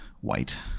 white